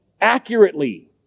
accurately